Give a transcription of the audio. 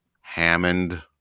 Hammond